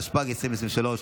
התשפ"ג 2023,